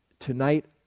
Tonight